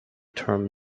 term